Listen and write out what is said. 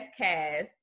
cast